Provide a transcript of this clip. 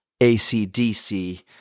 ACDC